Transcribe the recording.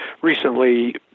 recently